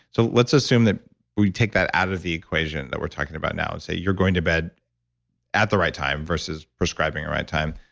so let's assume that we take that out of the equation that we're talking about now. and say, you're going to bed at the right time versus prescribing a right time,